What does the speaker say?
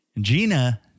Gina